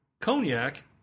Cognac